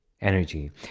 energy